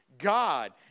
God